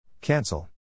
Cancel